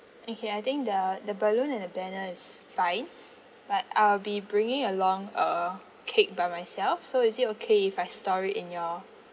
okay I think the the balloon and the banner is fine but I'll be bringing along a cake by myself so is it okay if I store it in your